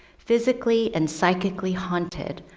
physically and psychically haunted,